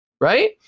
right